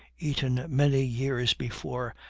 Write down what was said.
eaten many years before,